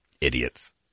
Idiots